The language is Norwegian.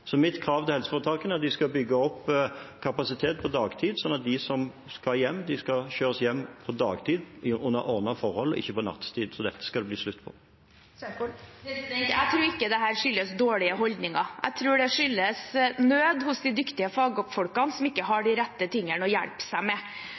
Mitt krav til helseforetakene er at de skal bygge opp kapasitet på dagtid, slik at de som skal hjem, kjøres hjem på dagtid under ordnede forhold og ikke nattetid. Så dette skal det bli slutt på. Det blir oppfølgingsspørsmål – først Ingvild Kjerkol. Jeg tror ikke dette skyldes dårlige holdninger. Jeg tror det skyldes nød hos de dyktige fagfolkene som ikke har